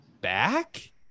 back